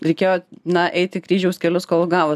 reikėjo na eiti kryžiaus kelius kol gavo